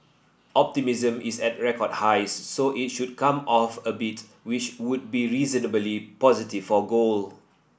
optimism is at record highs so it should come off a bit which would be reasonably positive for gold